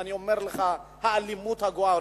אני אומר לך, האלימות גואה.